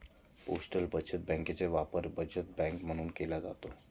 postal बचत बँकेचा वापर बचत बँक म्हणूनही केला जातो